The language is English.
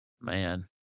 Man